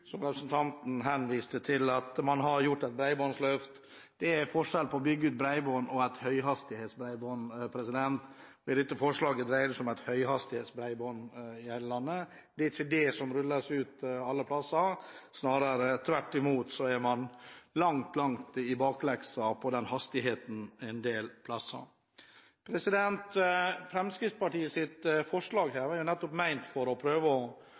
som representanten Heggø var inne på. La oss begynne med forslag nr. 7. Representanten viste til at man hadde gjort et bredbåndsløft. Det er forskjell på å bygge ut bredbånd og å bygge ut et høyhastighetsbredbånd. I dette forslaget dreier det seg om høyhastighetsbredbånd til hele landet. Det er ikke det som rulles ut alle steder, snarere er man tvert imot langt i bakleksa med hensyn til hastigheten en del steder. Fremskrittspartiets forslag var ment å